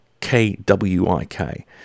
k-w-i-k